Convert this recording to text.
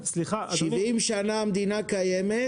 סליחה -- 70 שנה המדינה קיימת,